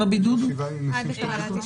שבעה ימים עם שלוש הבדיקות?